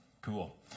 cool